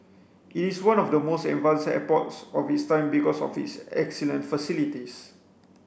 it is one of the most advanced airports of its time because of its excellent facilities